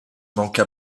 manqua